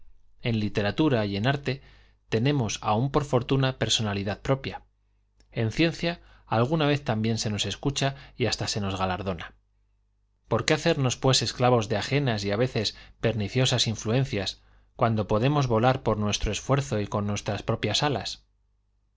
en literatura y en arte tenemos aún por fortuna personalidad propia en ciencia alguna vez también se nos escucha y hasta se nos galardona por qué hacernos pues esclavos de ajenas y á veces perniciosas influencias cuando podemos volar por nuestro esfuerzo y con nuestr as propias alas